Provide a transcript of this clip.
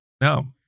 no